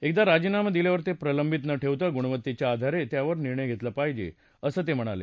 एकदा राजीनामा दिल्यावर ते प्रलंबित न ठेवता गुणवत्तेच्या अधारे त्यावर निर्णय झाला पाहिजे असं ते म्हणाले